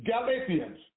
Galatians